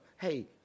Hey